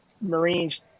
Marines